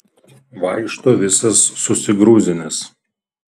vaikšto visas susigrūzinęs